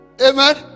Amen